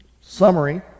summary